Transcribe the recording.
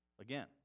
again